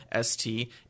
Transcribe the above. ST